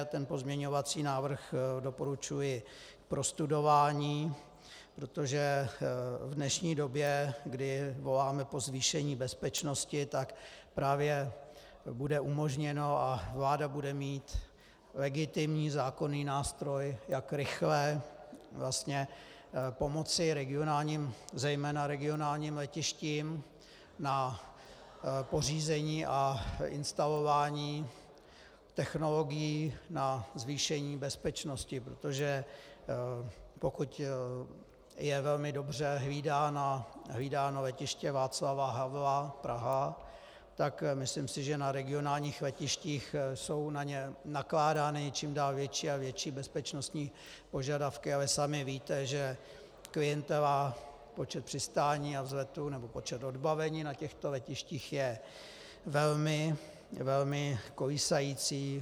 Ten pozměňovací návrh doporučuji k prostudování, protože v dnešní době, kdy voláme po zvýšení bezpečnosti, tak právě bude umožněno a vláda bude mít legitimní zákonný nástroj, jak rychle vlastně pomoci zejména regionálním letištím na pořízení a instalování technologií na zvýšení bezpečnosti, protože pokud je velmi dobře hlídáno letiště Václava Havla Praha, tak si myslím, že na regionálních letištích jsou na ně nakládány čím dál větší a větší bezpečnostní požadavky, ale sami víte, že klientela, počet přistání a vzletů nebo počet odbavení na těchto letištích je velmi kolísající.